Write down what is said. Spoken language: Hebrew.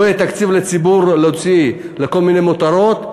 לא יהיה תקציב לציבור להוציא על כל מיני מותרות,